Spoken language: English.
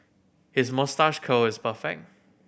his moustache curl is perfect